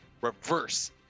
reverse